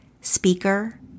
speaker